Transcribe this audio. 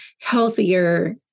healthier